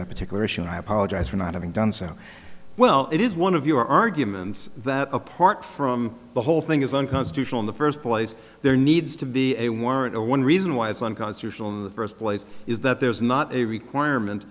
that particular issue and i apologize for not having done so well it is one of your arguments that apart from the whole thing is unconstitutional in the first place there needs to be a warrant one reason why it's unconstitutional in the first place is that there's not a requirement